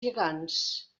gegants